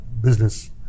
business